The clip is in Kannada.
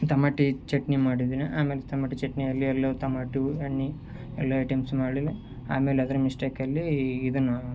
ಟೊಮಾಟಿ ಚಟ್ನಿ ಮಾಡಿದ್ದೀನಿ ಆಮೇಲೆ ಟೊಮೆಟೊ ಚಟ್ನಿ ಆಗಲಿ ಅಲ್ಲ ಟೊಮಾಟೊ ಎಣ್ಣೆ ಎಲ್ಲ ಐಟಮ್ಸ್ ಮಾಡಲಿ ಆಮೇಲೆ ಅದ್ರ ಮಿಸ್ಟೇಕಲ್ಲಿ ಇದನ್ನು